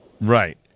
Right